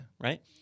Right